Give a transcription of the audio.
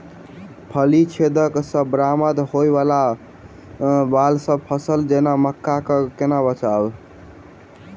फली छेदक सँ बरबाद होबय वलासभ फसल जेना मक्का कऽ केना बचयब?